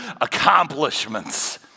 accomplishments